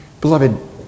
Beloved